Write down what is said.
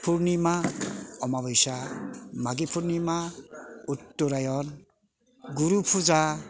पुर्णिमा अमाबैसा मागि पुर्णिमा उट्टरायन गुरु पुजा